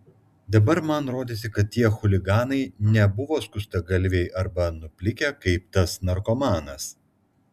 dabar man rodėsi kad tie chuliganai nebuvo skustagalviai arba nuplikę kaip tas narkomanas